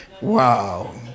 Wow